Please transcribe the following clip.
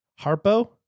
Harpo